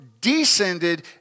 descended